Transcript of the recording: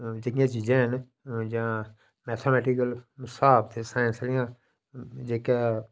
जेहड़ियां चीजां हैन जां जियां मैथामैटिकल स्हाब ते साइंस दियां जेहका